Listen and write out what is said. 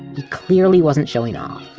he clearly wasn't showing off.